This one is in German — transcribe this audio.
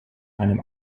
einem